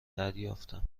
دریافتم